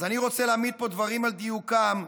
אז אני רוצה להעמיד פה דברים על דיוקם,